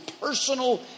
personal